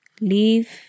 leave